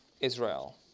Israel